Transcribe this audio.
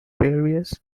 various